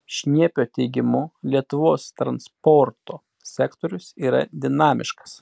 šniepio teigimu lietuvos transporto sektorius yra dinamiškas